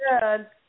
good